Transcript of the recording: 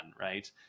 right